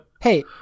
Hey